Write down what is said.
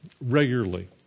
regularly